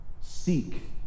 seek